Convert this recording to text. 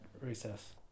recess